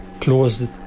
closed